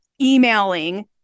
emailing